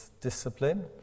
discipline